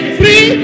free